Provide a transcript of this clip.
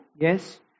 Yes